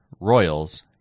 Royals